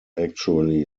actually